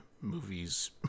movies